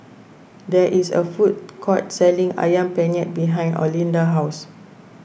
there is a food court selling Ayam Penyet behind Olinda's house